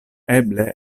eble